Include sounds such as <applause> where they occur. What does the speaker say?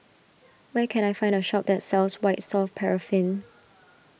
where can I find a shop that sells White Soft Paraffin <noise>